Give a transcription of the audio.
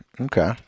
Okay